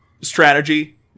strategy